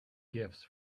gifts